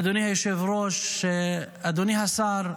אדוני היושב-ראש, אדוני השר דוד: